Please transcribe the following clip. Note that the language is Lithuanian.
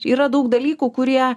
yra daug dalykų kurie